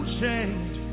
change